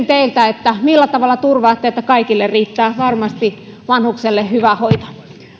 teiltä millä tavalla turvaatte että kaikille vanhuksille riittää varmasti hyvä hoito